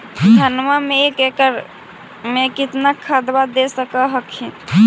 धनमा मे एक एकड़ मे कितना खदबा दे हखिन?